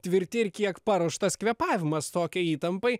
tvirti ir kiek paruoštas kvėpavimas tokiai įtampai